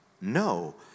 No